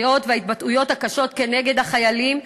הקריאות וההתבטאויות הקשות נגד החיילים,